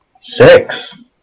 Six